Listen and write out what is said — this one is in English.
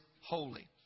holy